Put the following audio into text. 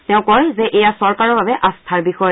তেওঁ কয় যে এয়া চৰকাৰৰ বাবে আস্থাৰ বিষয়